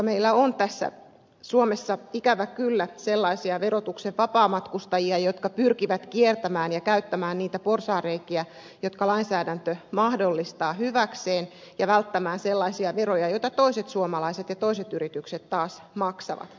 meillä on suomessa ikävä kyllä sellaisia verotuksen vapaamatkustajia jotka pyrkivät kiertämään veroja ja käyttämään niitä porsaanreikiä jotka lainsäädäntö mahdollistaa hyväkseen ja välttämään sellaisia veroja joita toiset suomalaiset ja toiset yritykset taas maksavat